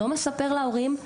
לא מספר להורים,